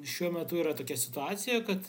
šiuo metu yra tokia situacija kad